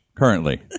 Currently